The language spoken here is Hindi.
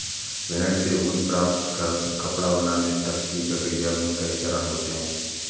भेड़ से ऊन प्राप्त कर कपड़ा बनाने तक की प्रक्रिया में कई चरण होते हैं